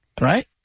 right